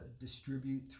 distribute